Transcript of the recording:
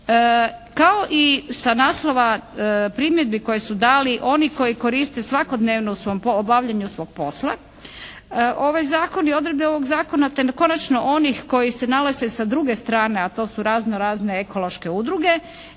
kao i sa naslova primjedbi koje su dali oni koji koriste svakodnevno u obavljanju svog posla ovaj zakon i odredbe ovog zakona te konačno onih koji se nalaze sa druge strane a to su razno razne ekološke udruge.